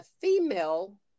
female